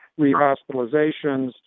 rehospitalizations